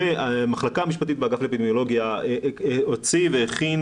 המחלקה המשפטית באגף לאפידמיולוגיה הוציאה והכינה